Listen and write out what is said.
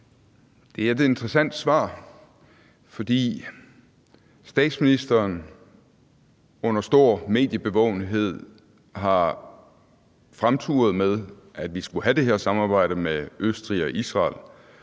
Det er et interessant svar, for statsministeren har under stor mediebevågenhed fremturet med, at vi skulle have det her samarbejde med Østrig og Israel,